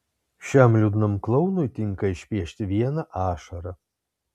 šiam liūdnam klounui tinka išpiešti vieną ašarą